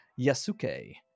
yasuke